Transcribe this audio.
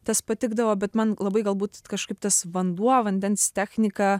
tas patikdavo bet man labai galbūt kažkaip tas vanduo vandens technika